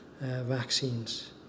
vaccines